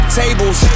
tables